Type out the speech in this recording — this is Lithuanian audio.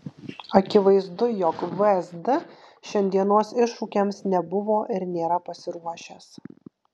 akivaizdu jog vsd šiandienos iššūkiams nebuvo ir nėra pasiruošęs